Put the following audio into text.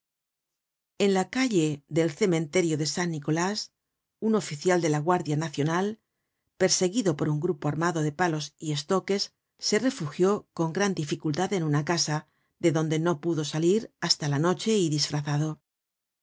en la calle del cementerio de san nicolás un oficial de la guardia nacional perseguido por un grupo armado de palos y estoques se refugió con gran dificultad en una casa de donde no pudo salir hasta la noche y disfrazado